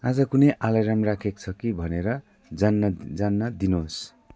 आज कुनै अलार्म राखिएको छ कि भनेर जान्न जान्न दिनुहोस्